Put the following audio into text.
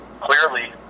Clearly